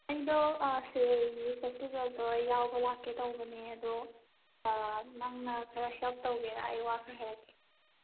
ꯑꯩꯗꯣ ꯁꯤꯔꯣꯏ ꯂꯤꯂꯤ ꯐꯦꯁꯇꯤꯕꯦꯜꯗꯣ ꯑꯩ ꯌꯥꯎꯕ ꯂꯥꯛꯀꯦ ꯇꯧꯕꯅꯦ ꯑꯗꯣ ꯅꯪꯅ ꯈꯔ ꯍꯦꯜꯞ ꯇꯧꯒꯦꯔ ꯑꯩ ꯋꯥ ꯈꯔ ꯍꯥꯏꯔꯛꯀꯦ